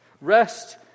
Rest